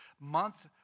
month